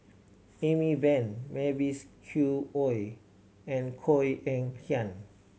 Amy Van Mavis Khoo Oei and Koh Eng Kian